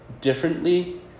differently